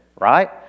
right